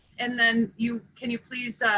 and then you can you please